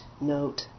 note